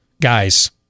Guys